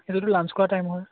সেইটোতো লাঞ্চ কৰা টাইম হয়